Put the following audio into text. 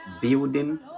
building